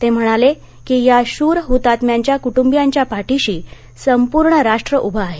ते म्हणाले की या शूर हतात्म्यांच्या कुटुंबियांच्या पाठीशी संपूर्ण राष्ट्र उभ आहे